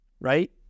right